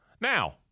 Now